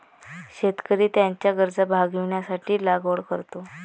शेतकरी त्याच्या गरजा भागविण्यासाठी लागवड करतो